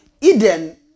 Eden